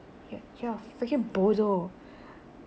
ya freaking bozo